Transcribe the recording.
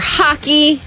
hockey